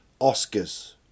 Oscars